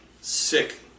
sick